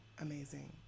amazing